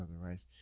otherwise